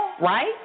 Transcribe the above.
right